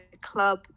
club